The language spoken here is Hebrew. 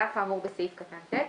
"(יז) על אף האמור בסעיף קטן (ט),